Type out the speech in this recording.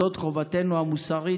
זאת חובתנו המוסרית.